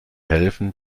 helfen